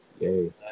Yay